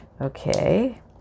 Okay